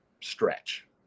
stretch